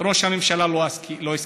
ראש הממשלה לא הסכים.